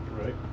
Right